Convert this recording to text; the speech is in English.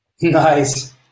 Nice